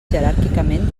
jeràrquicament